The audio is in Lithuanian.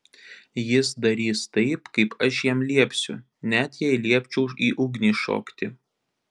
jis darys taip kaip aš jam liepsiu net jei liepčiau į ugnį šokti